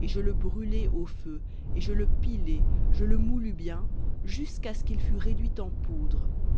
et je le brûlai au feu et je le pilai je le moulus bien jusqu'à ce qu'il fût réduit en poudre